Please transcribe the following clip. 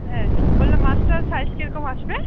হ্যাঁ বললাম মাছটার সাইজ কীরকম আসবে